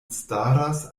staras